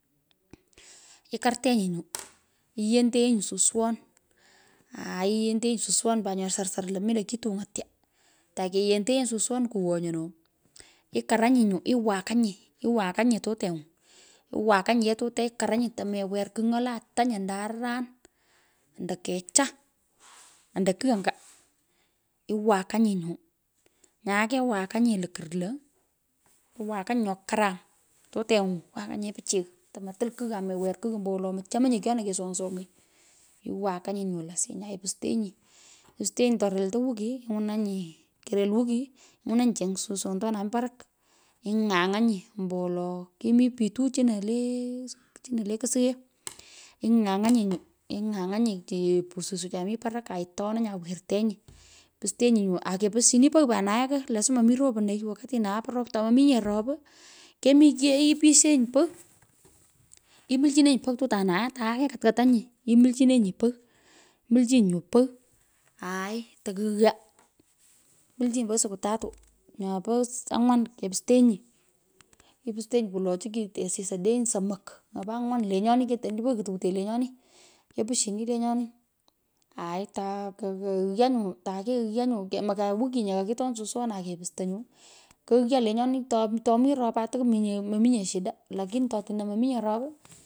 Ikantenyi nyu. iyenteenyi suswon aaiyenteenyi, suswon pat nyo sarsar lo mendo kituny'oi, tya, takeyenteenyi suswon kuwenyii noo ikaranyi nyu. iwakanyi tutengu. Iwakany, yee tute tomewer kigh nyola tany ando aran ando kecha ando kigh anya. Iwakanyi, nyu. Nyae kewakanyi, lokur lo, iwakanyi nyo karam tuteny’u, wakunyi, nyini, pichiy tometul kigh amewer kigh ombowolo mochomenye kyona keswony swong’oi or iwakany, nyu losiny aipustenyi. Torelto wiki ingwonany kerel wiki nywonanyi, cheng suswondondi, ing'any’anyi, omowolo, kimi pitu chino le kesuwee, ing’any’anyi nyu, ing’any’onyi kupuch suswecha mi parak aitoananyi aiwirtenyi, pusteny. nyu. ake pusyini, pogh panae ko, lasma mi roponoi wakati, nae po rop. Tomominye rop, kemi. ipusyinyi pogh imulchinenyi pogh tutanae tae ke katkatanyi, imulchinenyi pogh. imulchinyi nyu pogh, aai tokuyaa. Mulchinyi pogh siku tatu, nyopo anywan, kepustenyi, ipustenyi kulochi, kitee osis odeny, somok nyopu angwan lenyoni. ketoni pogh tukwutee lenyoni. Kepushini lenyoni aaai takoghyaa nye wiki nye kakitoan suswon, akepusto nyu kughyaa lenyoni, tomi, rop, atakumi nye mominye shida lakini, ato atino mominye rop.